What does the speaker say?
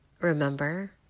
remember